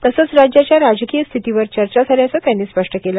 तसंच राज्याच्या राजकीय स्थितीवर चर्चा झाल्याच त्यांनी स्पष्ट केलं